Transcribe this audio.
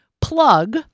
plug